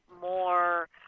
more